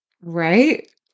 Right